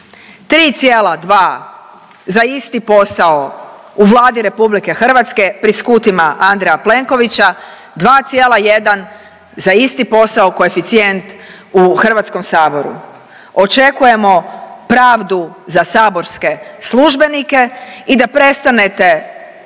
3,2 za isti posao u Vladi RH pri skutima Andreja Plenkovića, 2,1 za isti posao koeficijent u HS. Očekujemo pravdu za saborske službenike i da prestanete